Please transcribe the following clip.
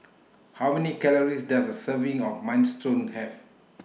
How Many Calories Does A Serving of Minestrone Have